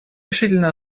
решительно